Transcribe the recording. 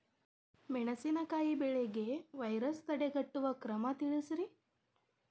ಮೆಣಸಿನಕಾಯಿ ಬೆಳೆಗೆ ವೈರಸ್ ತಡೆಗಟ್ಟುವ ಕ್ರಮ ತಿಳಸ್ರಿ